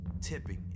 tipping